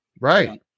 Right